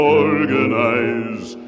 organize